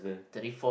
thirty four